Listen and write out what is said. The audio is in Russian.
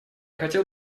хотел